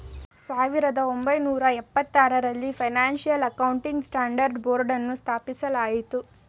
ಸಾವಿರದ ಒಂಬೈನೂರ ಎಪ್ಪತಾರರಲ್ಲಿ ಫೈನಾನ್ಸಿಯಲ್ ಅಕೌಂಟಿಂಗ್ ಸ್ಟ್ಯಾಂಡರ್ಡ್ ಬೋರ್ಡ್ನ ಸ್ಥಾಪಿಸಲಾಯಿತು